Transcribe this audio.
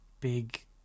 big